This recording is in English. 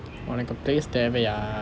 உனக்கு:unakku praise தேவையா:thevaiyaa